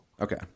Okay